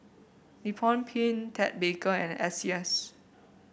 Nippon Paint Ted Baker and S C S